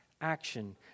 action